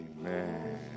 Amen